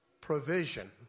provision